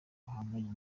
ahanganye